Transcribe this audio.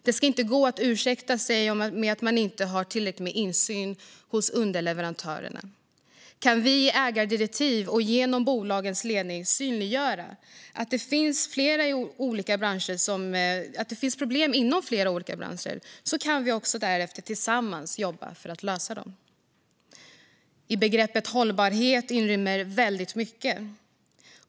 Det ska inte gå att ursäkta sig med att man inte har tillräcklig insyn hos underleverantörerna. Kan vi i ägardirektiv och genom bolagens ledningar synliggöra att det finns problem i flera olika branscher kan vi därefter också tillsammans jobba för att lösa dem. Begreppet hållbarhet inrymmer väldigt mycket.